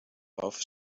off